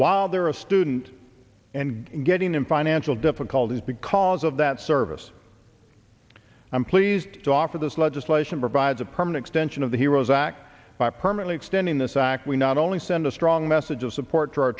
while there are a student and getting in financial difficulties because of that service i'm pleased to offer this legislation provides a permanent stench of the heroes act by permanent extending this act we not only send a strong message of support